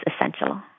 essential